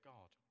God